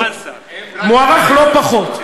מוערך לא פחות,